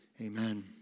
Amen